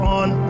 on